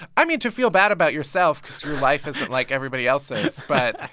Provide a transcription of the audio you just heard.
i mean, to feel bad about yourself because your life isn't like everybody else's, but